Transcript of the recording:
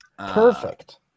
perfect